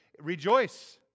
rejoice